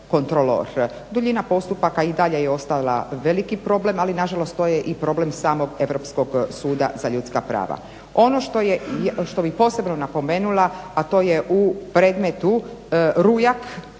Duljina postupaka i dalje je ostala veliki problem ali nažalost to je i problem samog Europskog suda za ljudska prava. Ono što bih posebno napomenula a to je u predmetu Rujak po prvi